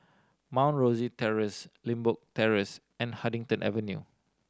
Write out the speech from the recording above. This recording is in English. Mount Rosie Terrace Limbok Terrace and Huddington Avenue